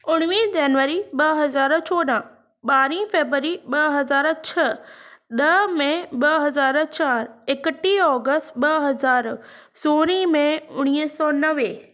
उणवीह जनवरी ॿ हज़ारु चोॾहां ॿारीं फेबररी ॿ हज़ार छह ॾह मई ॿ हज़ार चारि एकटीह अगस्ट ॿ हज़ार सोंरहीं मई उणिवींह सौ नवे